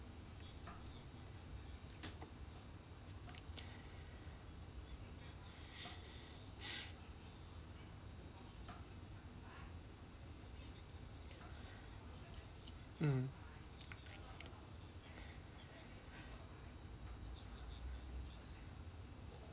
mm